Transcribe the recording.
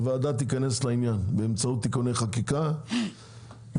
הוועדה תיכנס לעניין באמצעות תיקוני חקיקה ותאמינו